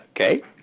okay